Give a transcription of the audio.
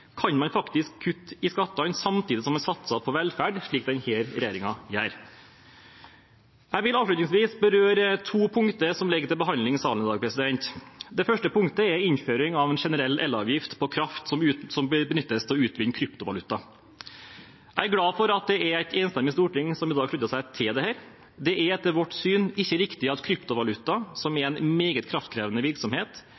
kan man faktisk kutte i skattene samtidig som man satser på velferd, slik denne regjeringen gjør. Jeg vil avslutningsvis berøre to punkter som ligger til behandling i salen i dag. Det første punktet er innføring av en generell elavgift på kraft som benyttes til å utvikle kryptovaluta. Jeg er glad for at det er et enstemmig storting som i dag slutter seg til dette. Det er etter vårt syn ikke riktig at kryptovaluta, som er